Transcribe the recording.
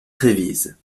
trévise